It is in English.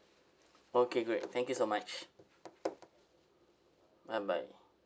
okay great thank you so much bye bye